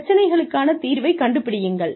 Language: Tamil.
பிரச்சினைகளுக்கான தீர்வை கண்டுபிடியுங்கள்